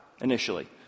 initially